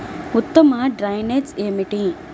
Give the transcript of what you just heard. ఉత్తమ డ్రైనేజ్ ఏమిటి?